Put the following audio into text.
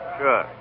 Sure